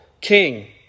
king